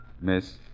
miss